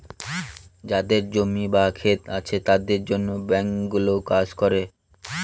যাদের জমি বা ক্ষেত আছে তাদের জন্য ব্যাঙ্কগুলো কাজ করে